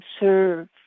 observe